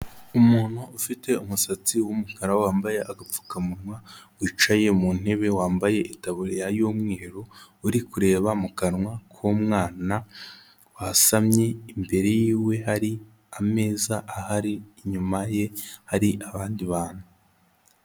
Umuntu ufite umusatsi w'umukara wambaye agapfukamunwa wicaye mu ntebe wambaye ikaburiya y'umweru, uri kureba mu kanwa k'umwana wasamye, imbere y'iwe hari ameza ahari, inyuma ye hari abandi bantu.